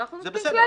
ואנחנו נוציא כללים.